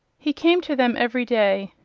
he came to them every day.